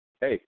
Hey